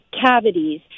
cavities